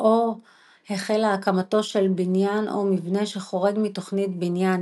או החלה הקמתו של בניין או מבנה שחורג מתוכנית בניין